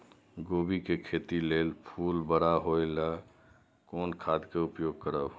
कोबी के खेती लेल फुल बड़ा होय ल कोन खाद के उपयोग करब?